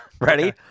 Ready